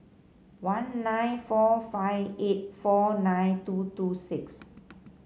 one nine four five eight four nine two two six